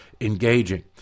engaging